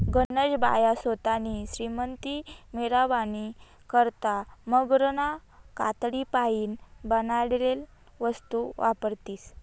गनज बाया सोतानी श्रीमंती मिरावानी करता मगरना कातडीपाईन बनाडेल वस्तू वापरतीस